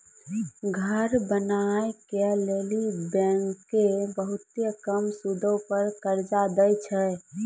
घर बनाय के लेली बैंकें बहुते कम सूदो पर कर्जा दै छै